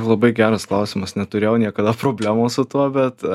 labai geras klausimas neturėjau niekada problemų su tuo bet